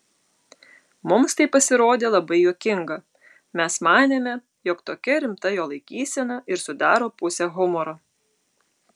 mums tai pasirodė labai juokinga mes manėme jog tokia rimta jo laikysena ir sudaro pusę humoro